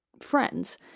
friends